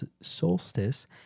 solstice